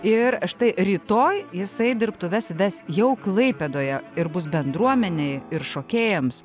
ir štai rytoj jisai dirbtuves ves jau klaipėdoje ir bus bendruomenei ir šokėjams